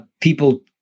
people